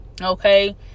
okay